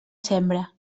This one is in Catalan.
sembra